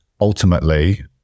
ultimately